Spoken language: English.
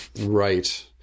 Right